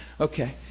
Okay